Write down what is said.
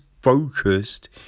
Focused